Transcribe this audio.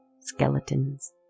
Skeletons